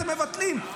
אתם מבטלים.